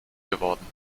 geworden